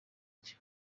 cye